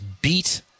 beat